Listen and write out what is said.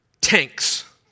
tanks